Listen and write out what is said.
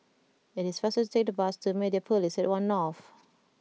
it is faster to take the bus to Mediapolis at One North